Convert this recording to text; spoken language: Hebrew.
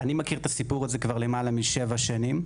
אני מכיר את הסיפור הזה כבר למעלה משבע שנים.